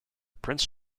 prince